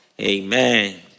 Amen